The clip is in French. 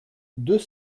deux